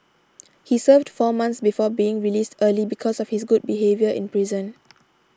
he served four months before being released early because of his good behaviour in prison